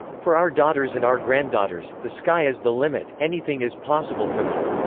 for our daughters and our granddaughters, the sky is the limit, anything is possible for them.